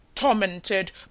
Tormented